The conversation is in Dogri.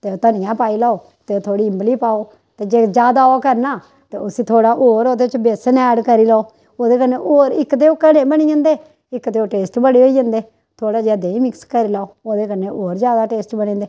ते धनिया पाई लैओ ते थोह्ड़ी इम्बली पाओ ते जे जादा ओह् करना ते उसी थोह्ड़ा होर ओह्दे च बेसन ऐड करी लैओ ओह्दे कन्नै होर इक ते ओह् घने बनी जंदे इक ते ओह् टेस्ट बड़े होई जंदे थोह्ड़ा जेहा देहीं मिक्स करी लैओ ओह्दे कन्नै होर जादा टेस्ट बनी जंदे